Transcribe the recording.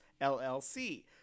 LLC